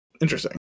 Interesting